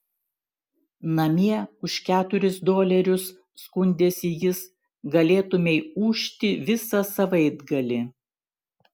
namie už keturis dolerius skundėsi jis galėtumei ūžti visą savaitgalį